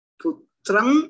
putram